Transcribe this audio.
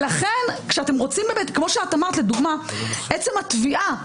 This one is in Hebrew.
לדוגמה, כמו שאת אמרת, עצם התביעה.